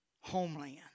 homeland